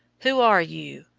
who are you?